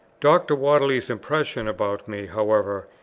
dr. whately's impression about me, however,